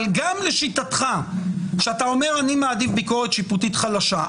אבל גם לשיטתך כשאתה אומר שאתה מעדיף ביקורת שיפוטית חלשה,